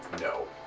no